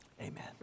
Amen